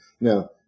now